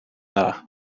dda